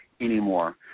anymore